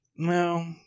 No